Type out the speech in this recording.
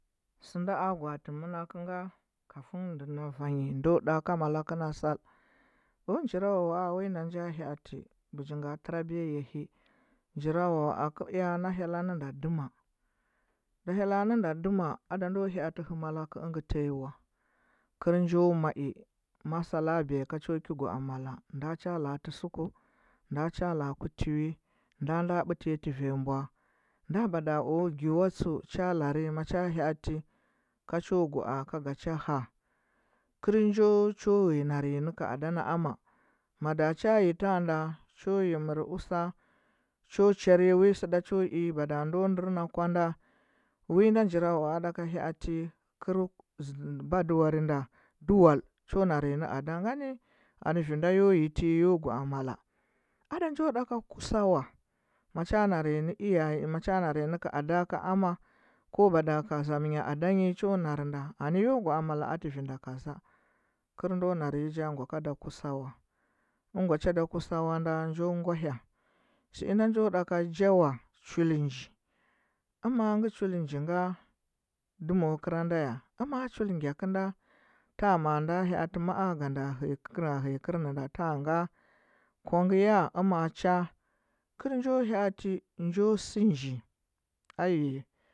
Sɚnda o gwaati mɚnakɚnga, kafun ndɚ na vanyi o ɗa ka malakɚ na sal. O njwawawaa winda nja hyaadi, bijinga trabiya yahi, njwawawaa kdea na hyella nɚnda dɚmal ngɚ hyella nɚnda dɚma ada ndo hyatɚ hɚ malakɚ ɚngɚ tanyi wa kɚl njo mai, ma sala biya kacho ki gwa amala nda cha la tɚ suku, nda cha la ku timai, nda bada o giwa tsu cha lari macha hyeati ka cho gwaa ka gacha hea, kɚr njo cho ɚya nari nɚ ka ada no ama mada chayi tanda cho yi mɚu usa, cho chari wi sɚda cho i, bada ndo ndɚr na kwanda winda jwawawaa ɗa ka hyaati kɚr badawarinda, dual, cho rarnyi nɚada ngani anɚ vinda yo yati yo gwa amala ada njo ɗaka kusa wa macha narnyi iyay, macha narnyi nɚka ada ka ama ko mada ka zamɚnya adanyi cho narnda anɚ yo gwaa malakɚ atɚ vinda kaza kɚr ndo narnyi jo ngwa kada kusa wa ɚngwa chada kusa wa nda, njo ngwahya jinga sɚinda njo da jawa chul nji mangɚ chul njenga? Dɚmo kranda ya? Ama chul ngya kɚnda? Ama nda hyaati maa ganda hɚya, ganda ghahɚya kɚmɚnda tanga? Kwangɚ ya ama cha kɚr njo hyaati nja sɚ nji ayi.